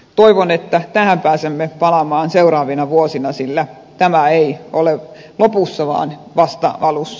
toivon että tähän pääsemme palaamaan seuraavina vuosina sillä tämä ei ole lopussa vaan vasta alussa